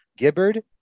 Gibbard